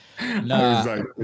No